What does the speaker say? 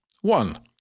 One